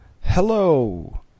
Hello